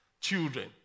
children